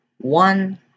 one